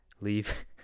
leave